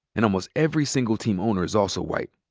and almost every single team owner is also white.